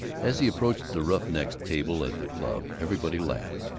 as he approached the roughnecks' table at the club, everybody laughed.